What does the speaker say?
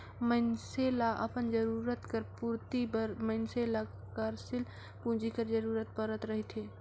मइनसे ल अपन जरूरत कर पूरति बर मइनसे ल कारसील पूंजी कर जरूरत परत रहथे